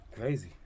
Crazy